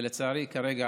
לצערי, כרגע